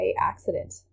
accident